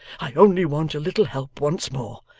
i only want a little help once more,